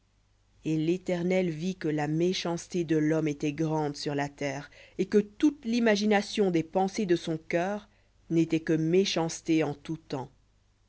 et l'éternel vit que la méchanceté de l'homme était grande sur la terre et que toute l'imagination des pensées de son cœur n'était que méchanceté en tout temps